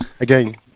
again